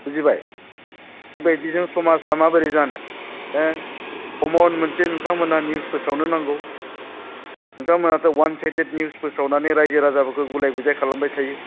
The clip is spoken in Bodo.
बुजिबाय बेबायदिजों समाजा माबोरै जानो हो कमन मोनसे नोंथांमोनहा न्युस फोसावनो नांगौ नोंथांमोनहाथ' वान साइटेड न्युस फोसावनानै रायजो राजाफोरखौ गुलाय गुजाय खालामबाय थायो